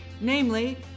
namely